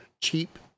cheap